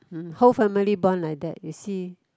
hmm whole family born like that you see